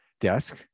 desk